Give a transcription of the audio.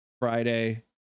Friday